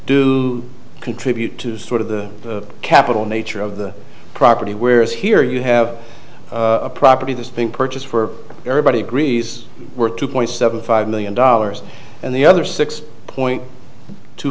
do contribute to sort of the capital nature of the property whereas here you have a property that's being purchased for everybody agrees were two point seven five million dollars and the other six point two